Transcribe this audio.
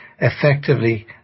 effectively